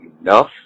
enough